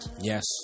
yes